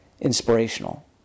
inspirational